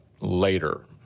later